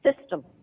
system